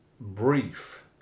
brief